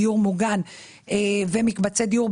דיור מוגן ומקבצי דיור.